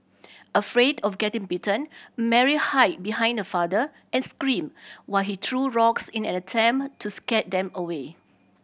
afraid of getting bitten Mary hide behind her father and screamed while he threw rocks in an attempt to scare them away